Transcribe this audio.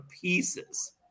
pieces